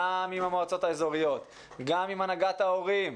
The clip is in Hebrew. גם עם המועצות האזוריות, גם עם הנהגת ההורים,